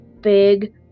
big